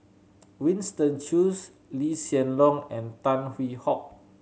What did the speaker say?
Winston Choos Lee Hsien Loong and Tan Hwee Hock